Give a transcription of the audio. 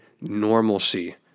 normalcy